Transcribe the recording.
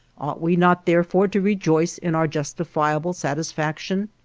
ought we not therefore to rejoice in our justifiable satisfaction?